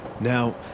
Now